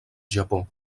japó